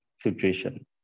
situation